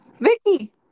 vicky